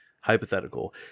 hypothetical